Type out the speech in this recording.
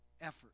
effort